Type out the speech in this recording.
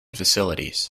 facilities